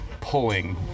pulling